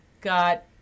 got